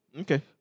Okay